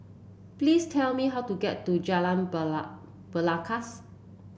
please tell me how to get to Jalan Belangkas